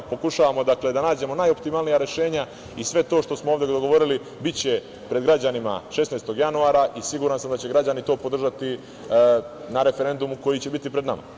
Pokušavamo, dakle, da nađemo najoptimalnija rešenja i sve to što smo ovde dogovorili biće pred građanima 16. januara i siguran sam da će građani to podržati na referendumu koji će biti pred nama.